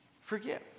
forgive